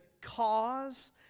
cause